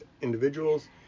individuals